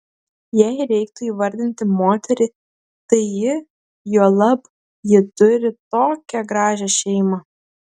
jei reiktų įvardinti moterį tai ji juolab ji turi tokią gražią šeimą